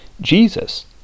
Jesus